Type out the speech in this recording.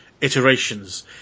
iterations